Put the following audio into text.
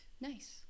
Nice